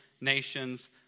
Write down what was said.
nations